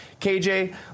KJ